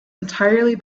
entirely